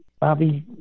Bobby